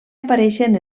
apareixen